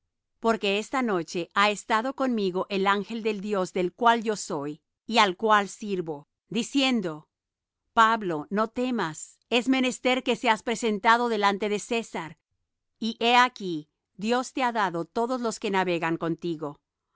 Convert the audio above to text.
porque esta noche ha estado conmigo el ángel del dios del cual yo soy y al cual sirvo diciendo pablo no temas es menester que seas presentado delante de césar y he aquí dios te ha dado todos los que navegan contigo